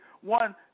one